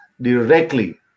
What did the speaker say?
directly